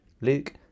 Luke